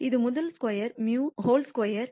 இது முதல் square μ whole square